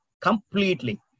completely